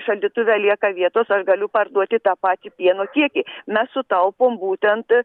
šaldytuve lieka vietos aš galiu parduoti tą patį pieno kiekį mes sutaupom būtent